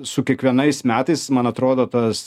su kiekvienais metais man atrodo tas